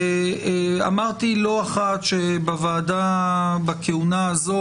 אמרתי לא אחת שבוועדה בכהונה הזאת